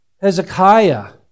Hezekiah